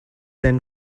then